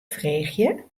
freegje